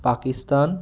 Pakistan